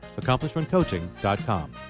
AccomplishmentCoaching.com